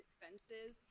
fences